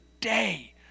day